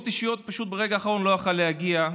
אישיות פשוט ברגע האחרון לא יכול להגיע,